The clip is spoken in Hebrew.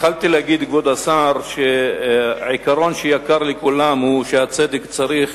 התחלתי להגיד לכבוד השר שעיקרון שיקר לכולנו הוא שצדק צריך